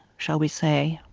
shall we say.